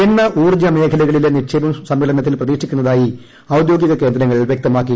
എണ്ണ ഊർജ്ജ മേഖലകളിലെ നിക്ഷേപം സമ്മേളനത്തിൽ പ്രതീക്ഷിക്കുന്നതായി ഔദ്യോഗിക കേന്ദ്രങ്ങൾ വ്യക്തമാക്കി